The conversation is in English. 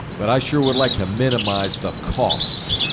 but i sure would like to minimize the cost